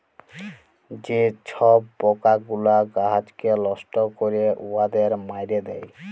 যে ছব পকাগুলা গাহাচকে লষ্ট ক্যরে উয়াদের মাইরে দেয়